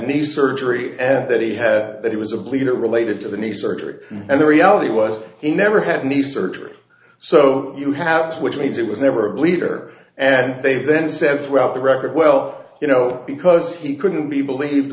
knee surgery and that he had that it was a bleed or related to the knee surgery and the reality was he never had knee surgery so you have to which means it was never a leader and they then said throughout the record well you know because he couldn't be believed